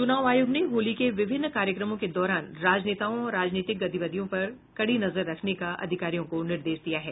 चूनाव आयोग ने होली के विभिन्न कार्यक्रमों के दौरान राजनेताओं और राजनीतिक गतिविधियों पर कड़ी नजर रखने का अधिकारियों को निर्देश दिया है